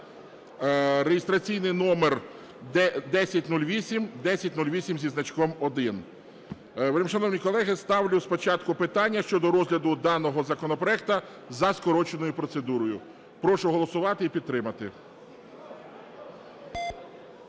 (реєстраційний номер 1008, 1008 зі значком 1). Вельмишановні колеги, ставлю спочатку питання щодо розгляду даного законопроекту за скороченою процедурою. Прошу голосувати і підтримати.